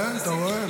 כן, אתה רואה?